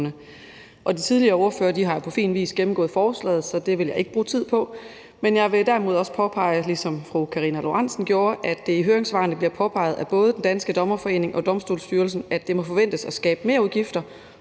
De tidligere ordførere har på fin vis gennemgået forslaget, så det vil jeg ikke bruge tid på, men jeg vil derimod påpege, ligesom fru Karina Lorentzen Dehnhardt gjorde, at det i høringssvarene bliver påpeget af både Den Danske Dommerforening og Domstolsstyrelsen, at det må forventes at skabe merudgifter